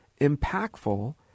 impactful